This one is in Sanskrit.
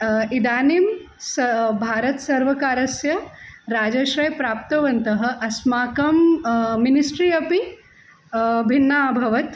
इदानीं स भारतसर्वकारस्य राजाश्रयः प्राप्तवन्तः अस्माकं मिनिस्ट्री अपि भिन्ना अभवत्